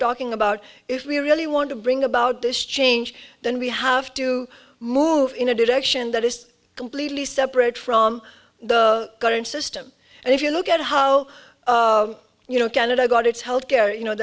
talking about if we really want to bring about this change then we have to move in a direction that is completely separate from the current system and if you look at how you know canada got its health care you know